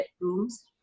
bedrooms